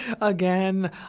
Again